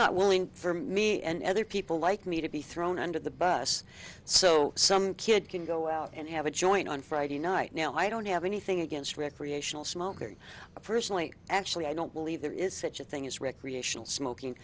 not willing for me and other people like me to be thrown under the bus so some kid can go out and have a joint on friday night now i don't have anything against recreational smokers personally actually i don't believe there is such a thing as recreational smoking